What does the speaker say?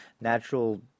Natural